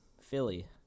Philly